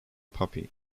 puppy